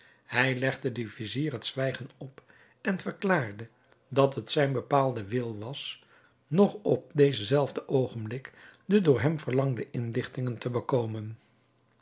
hij legde den vizier het zwijgen op en verklaarde dat het zijn bepaalde wil was nog op dezen zelfden oogenblik de door hem verlangde inlichtingen te bekomen